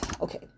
Okay